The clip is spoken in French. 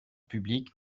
publiques